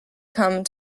come